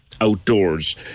outdoors